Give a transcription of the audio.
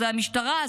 הוא המשטרה,